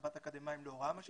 הסבת אקדמאים להוראה מה שנקרא.